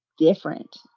different